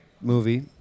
movie